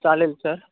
चालेल सर